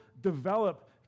develop